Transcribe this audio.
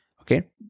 okay